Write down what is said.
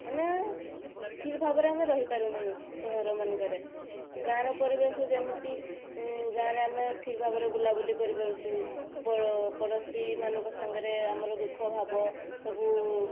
ମାନେ ଠିକ୍ ଭାବରେ ଆମେ ରହିପାରୁନାହିଁ ସହର ମାନଙ୍କରେ ଗାଁ ର ପରିବେଶ ଯେମିତି ଗାଁ ରେ ଆମେ ଠିକ ଭାବରେ ବୁଲା ବୁଲି କରିପାରୁଛୁ ପଡ଼ୋ ପଡ଼ୋଶୀମାନଙ୍କ ସାଙ୍ଗରେ ଆମର ଦୁଃଖଭାବ ସବୁ